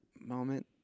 moment